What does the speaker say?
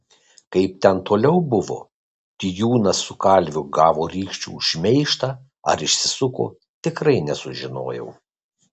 kaip ten toliau buvo tijūnas su kalviu gavo rykščių už šmeižtą ar išsisuko tikrai nesužinojau